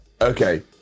Okay